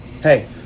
hey